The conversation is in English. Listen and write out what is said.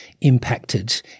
impacted